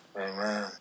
Amen